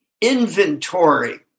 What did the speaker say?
inventory